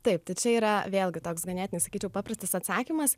taip tai čia yra vėlgi toks ganėtinai sakyčiau paprastas atsakymas